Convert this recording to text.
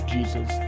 Jesus